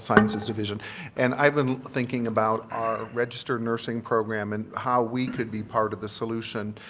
sciences division and i've been thinking about our registered nursing program and how we could be part of the solution.